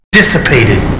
dissipated